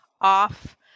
off